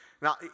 Now